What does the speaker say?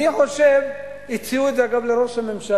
אני חושב, אגב, הציעו את זה לראש הממשלה,